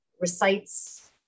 recites